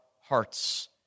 hearts